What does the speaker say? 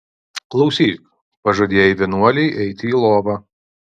klausyk pažadėjai vienuolei eiti į lovą